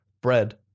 bread